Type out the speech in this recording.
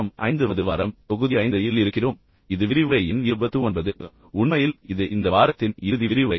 நாம் 5 வது வாரம் தொகுதி 5 இல் இருக்கிறோம் இது விரிவுரை எண் 29 உண்மையில் இது இந்த வாரத்தின் இறுதி விரிவுரை